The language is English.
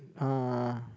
uh